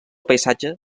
paisatge